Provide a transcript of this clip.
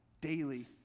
daily